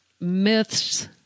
myths